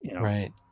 Right